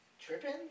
tripping